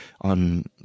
on